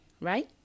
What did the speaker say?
right